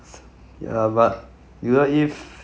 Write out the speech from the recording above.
ya but you know if